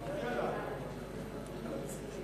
נתקבלה הצעת ועדת הפנים והגנת הסביבה.